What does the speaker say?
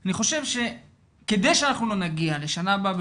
אני חושב שכדי שאנחנו לא נגיע לשנה הבאה,